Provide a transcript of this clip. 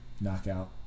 Knockout